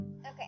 Okay